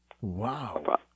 Wow